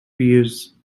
peers